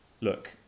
look